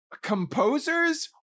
composers